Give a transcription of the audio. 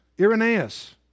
Irenaeus